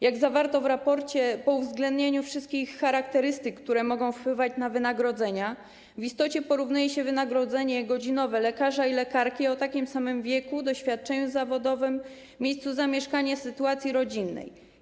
Jak zawarto w raporcie, po uwzględnieniu wszystkich charakterystyk, które mogą wpływać na wynagrodzenia, w istocie porównuje się wynagrodzenie godzinowe lekarza i lekarki w takim samym wieku, o takim samym doświadczeniu zawodowym, miejscu zamieszkania, sytuacji rodzinnej.